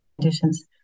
conditions